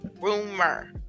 rumor